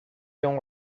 young